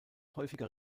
häufiger